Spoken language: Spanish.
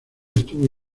estuvo